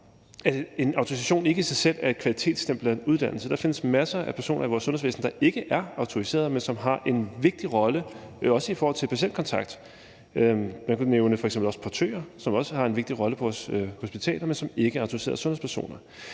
en autorisation i sig selv ikke er et kvalitetsstempel af en uddannelse. Der findes masser af personer i vores sundhedsvæsen, der ikke er autoriseret, men som har en vigtig rolle også i forhold til patientkontakt. Jeg kunne nævne f.eks. portører, som også har en vigtig rolle på vores hospitaler, men som ikke er autoriserede sundhedspersoner.